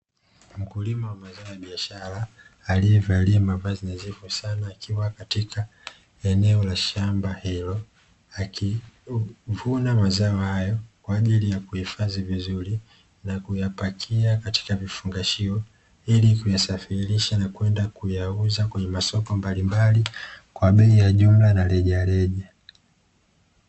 Mkulima wa mazao ya biashara, aliyevalia mavazi nadhifu sana akiwa katika eneo la shamba hilo akivuna mazao hayo kwa ajili ya kuhifadhi vizuri na kuyapakia katika vifungashio, ili kuyasafirisha na kwenda kuyauza kwenye masoko mbalimbali kwa bei ya jumla na rejareja.